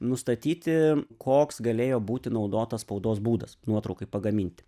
nustatyti koks galėjo būti naudotas spaudos būdas nuotraukai pagaminti